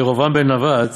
ירבעם בן נבט